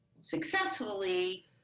successfully